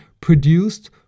produced